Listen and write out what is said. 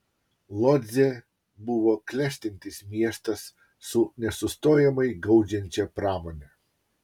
lodzė buvo klestintis miestas su nesustojamai gaudžiančia pramone